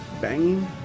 banging